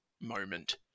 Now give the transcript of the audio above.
moment